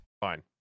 Fine